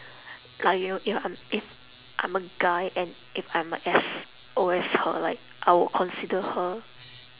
like you know ya I'm if I'm a guy and if I'm like as old as her like I would consider her